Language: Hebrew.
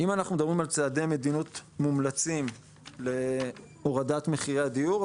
אם אנחנו מדברים על צעדי מדיניות מומלצים להורדת מחירי הדיור.